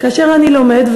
כאשר אני לומד,